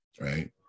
Right